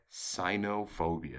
Sinophobia